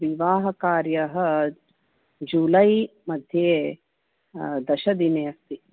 विवाहकार्यः जुलै मध्ये दशदिने अस्ति